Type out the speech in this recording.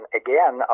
again